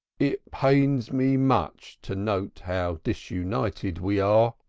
it pains me much to note how disunited we are.